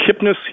Kipnis